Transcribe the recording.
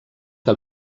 que